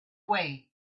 way